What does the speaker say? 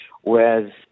Whereas